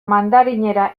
mandarinera